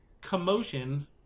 Commotion